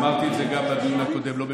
ואמרתי את זה גם בדיון הקודם: העם לא מטומטם,